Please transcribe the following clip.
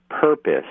purpose